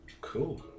Cool